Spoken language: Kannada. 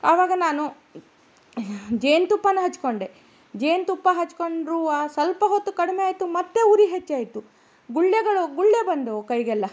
ಆವಾಗ ನಾನು ಜೇನುತುಪ್ಪನ ಹಚ್ಚಿಕೊಂಡೆ ಜೇನುತುಪ್ಪ ಹಚ್ಚಿಕೊಂಡ್ರೂ ಸ್ವಲ್ಪ ಹೊತ್ತು ಕಡಿಮೆ ಆಯಿತು ಮತ್ತೆ ಉರಿ ಹೆಚ್ಚಾಯಿತು ಗುಳ್ಳೆಗಳು ಗುಳ್ಳೆ ಬಂದವು ಕೈಗೆಲ್ಲ